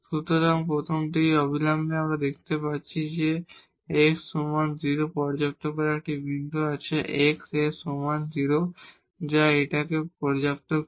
সুতরাং প্রথম থেকে অবিলম্বে আমরা দেখতে পাচ্ছি যে x সমান 0 সন্তুষ্ট করার এখানে একটি বিন্দু আছে x এর সমান 0 যা এইটিকে পর্যাপ্ত করে